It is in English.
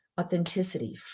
authenticity